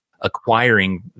acquiring